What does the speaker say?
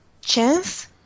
chance